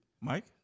Mike